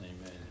Amen